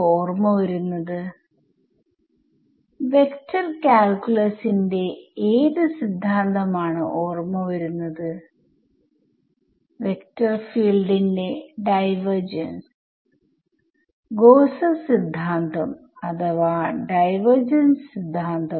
ഞാൻ ഈ ഇക്വേഷനുകൾ കൂട്ടുകയാണെങ്കിൽ വിദ്യാർത്ഥി 5 ഫസ്റ്റ് വേവ് ഇക്വേഷനെസെക്കന്റ് ഓർഡർ ഡെറിവേറ്റീവ്ആയി കാണുക